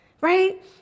right